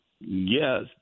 yes